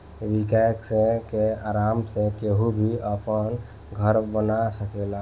इ वैक्स के आराम से केहू भी अपना घरे बना सकेला